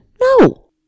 No